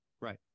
Right